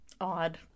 Odd